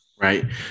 Right